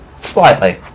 Slightly